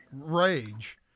rage